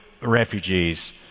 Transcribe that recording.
refugees